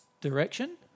direction